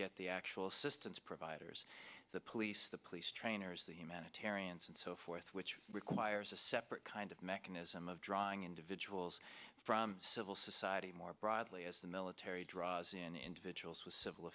get the actual systems providers the police the police try honors the humanitarians and so forth which requires a separate kind of mechanism of drawing individuals from civil society more broadly as the military draws in individuals with civil